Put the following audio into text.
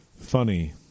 Funny